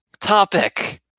topic